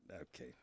Okay